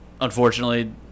Unfortunately